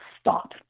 stop